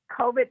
COVID